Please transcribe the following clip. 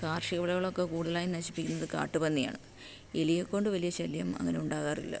കാർഷിക വിളകളൊക്കെ കൂടുതലായും നശിപ്പിക്കുന്നത് കാട്ടു പന്നിയാണ് എലിയെക്കൊണ്ടു വലിയ ശല്യം അങ്ങനെ ഉണ്ടാകാറില്ല